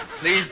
Please